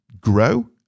grow